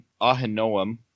Ahinoam